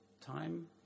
time